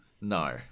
No